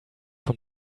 von